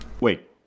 Wait